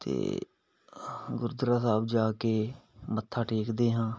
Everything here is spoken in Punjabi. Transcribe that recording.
ਅਤੇ ਗੁਰਦੁਆਰਾ ਸਾਹਿਬ ਜਾ ਕੇ ਮੱਥਾ ਟੇਕਦੇ ਹਾਂ